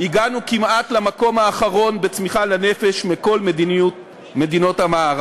הגענו כמעט למקום האחרון בצמיחה לנפש מכל מדינות המערב.